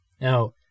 Now